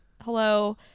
hello